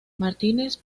martínez